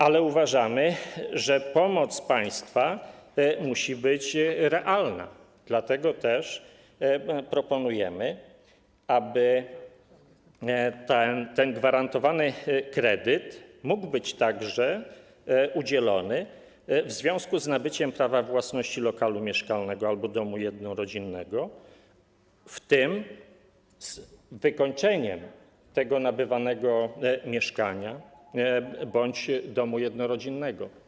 Ale uważamy, że pomoc państwa musi być realna, dlatego proponujemy, aby ten gwarantowany kredyt mógł być także udzielony w związku z nabyciem prawa własności lokalu mieszkalnego albo domu jednorodzinnego, z wykończeniem nabywanego mieszkania bądź domu jednorodzinnego.